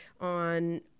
on